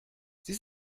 sie